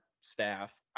staff